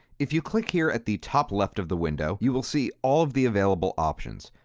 if you click here at the top left of the window, you will see all of the available options.